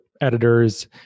editors